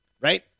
Right